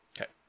Okay